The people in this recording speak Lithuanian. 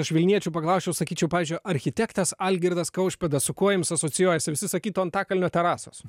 aš vilniečių paklausčiau sakyčiau pavyzdžiui architektas algirdas kaušpėdas su kuo jums asocijuojasi visi sakytų antakalnio terasos